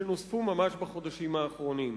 שנוספו ממש בחודשים האחרונים.